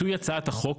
עיתוי הצעת החוק